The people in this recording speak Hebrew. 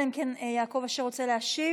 אלא אם כן יעקב אשר רוצה להשיב?